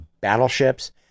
battleships